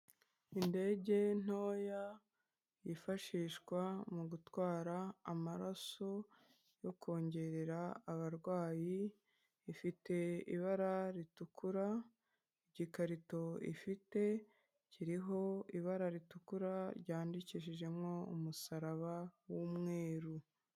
Indege ntoya yifashishwa mu gutwara amaraso yo kongerera abarwayi ifite ibara ritukura igikarito ifite kiriho ibara ritukura ryandikishijemo umusaraba w'umweru.